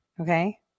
Okay